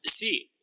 See